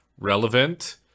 relevant